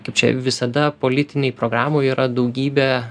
kaip čia visada politinėj programoj yra daugybė